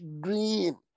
green